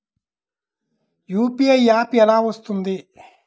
UPI app ఎలా వస్తుంది?